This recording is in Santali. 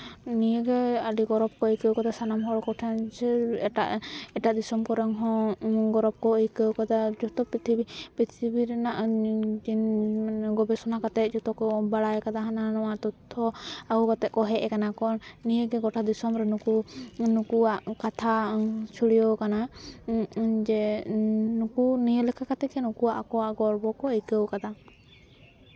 ᱱᱤᱭᱟᱹᱜᱮ ᱟᱹᱰᱤ ᱜᱚᱨᱚᱵ ᱠᱚ ᱟᱹᱭᱠᱟᱹᱣ ᱠᱟᱫᱟ ᱥᱟᱱᱟᱢ ᱦᱚᱲ ᱠᱚ ᱴᱷᱮᱱ ᱮᱴᱟᱜ ᱮᱴᱟᱜ ᱫᱤᱥᱚᱢ ᱠᱚᱨᱮᱱ ᱦᱚᱸ ᱜᱚᱨᱚᱵ ᱠᱚ ᱟᱹᱭᱠᱟᱹᱣ ᱠᱟᱫᱟ ᱡᱚᱛᱚ ᱯᱨᱤᱛᱷᱤᱵᱤ ᱨᱮᱱᱟᱜ ᱢᱟᱱᱮ ᱜᱚᱵᱮᱥᱚᱱᱟ ᱠᱟᱛᱮ ᱡᱚᱛᱚ ᱠᱚ ᱵᱟᱲᱟᱭ ᱠᱟᱫᱟ ᱦᱟᱱᱟ ᱱᱟᱣᱟ ᱛᱚᱛᱛᱷᱚ ᱠᱚ ᱟᱜᱩ ᱠᱟᱛᱮ ᱠᱚ ᱦᱮᱡ ᱠᱟᱱᱟ ᱠᱚ ᱱᱤᱭᱟᱹ ᱜᱮ ᱜᱚᱴᱟ ᱫᱤᱥᱚᱢ ᱨᱮ ᱱᱩᱠᱩ ᱱᱩᱠᱩᱣᱟᱜ ᱠᱟᱛᱷᱟ ᱪᱷᱩᱲᱭᱟᱹᱣ ᱠᱟᱱᱟ ᱡᱮ ᱱᱩᱠᱩ ᱱᱤᱭᱟᱹ ᱞᱮᱠᱟ ᱠᱟᱛᱮ ᱜᱮ ᱱᱩᱠᱩᱣᱟᱜ ᱟᱠᱚᱣᱟᱜ ᱜᱚᱨᱵᱚ ᱠᱚ ᱟᱹᱭᱠᱟᱹᱣ ᱠᱟᱫᱟ